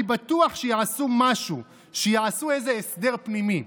אני בטוח שיעשו משהו, שיעשו איזה הסדר פנימי.